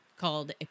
called